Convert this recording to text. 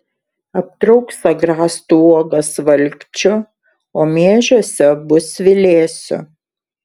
aptrauks agrastų uogas valkčiu o miežiuose bus svilėsių